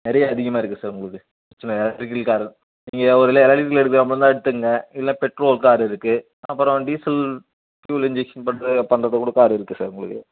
நிறைய அதிகமாக இருக்குது சார் உங்களுக்கு பிரச்சனை இல்லை எலெக்ட்ரிக்கல் கார் நீங்கள் ஒருவேளை எலெக்ட்ரிக்கல் எடுக்கிறா மாதிரி இருந்தால் எடுத்துக்குங்க இல்லைனா பெட்ரோல் கார் இருக்குது அப்புறம் டீசல் ஃப்யூல் இன்ஜெக்ஷன் பண்ணுற பண்ணுறதுக்கூட கார் இருக்குது சார் உங்களுக்கு